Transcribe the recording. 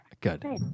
Good